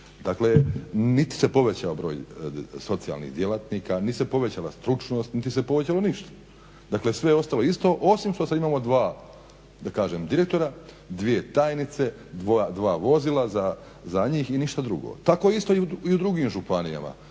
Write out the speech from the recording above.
Dakle niti se povećao broj socijalnih djelatnika niti se povećala stručnost niti se povećalo ništa dakle sve je ostalo isto osim što sada imamo dva direktora, dvije tajnice, dva vozila za njih i ništa drugo. Tako isto i u drugim županijama,